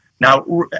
Now